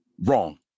Wrong